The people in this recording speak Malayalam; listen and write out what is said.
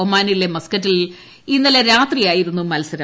ഒമാനിലെ മസ്കറ്റിൽ ഇന്നലെ രാത്രിയായിരുന്നു മൽസരം